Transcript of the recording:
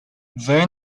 their